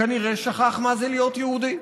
כנראה שכח מה זה להיות יהודי.